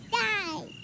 die